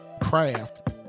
craft